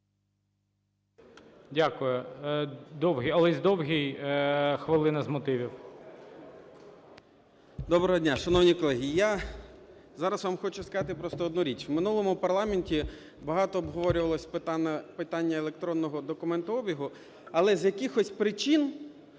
Олесь Довгий, хвилина, з мотивів. 18:12:08 ДОВГИЙ О.С. Доброго дня. Шановні колеги, я зараз вам хочу сказати просто одну річ. В минулому парламенті багато обговорювалось питання електронного документообігу, але з якихось причин